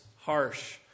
harsh